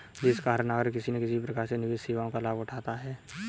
देश का हर नागरिक किसी न किसी प्रकार से निवेश सेवाओं का लाभ उठाता है